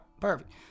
Perfect